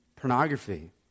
pornography